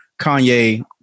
Kanye